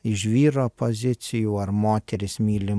iš vyro pozicijų ar moteris myli